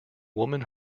woman